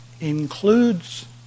includes